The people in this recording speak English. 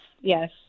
Yes